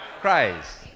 Christ